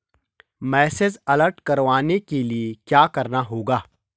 Message alert करवाने के लिए क्या करना होगा?